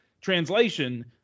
translation